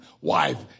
Wife